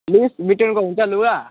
Louis विटनको हुन्छ लुगा